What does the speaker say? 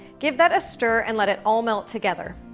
give that a stir, and let it all melt together.